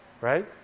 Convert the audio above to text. right